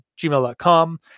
gmail.com